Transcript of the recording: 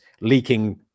leaking